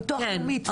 בביטוח הלאומי.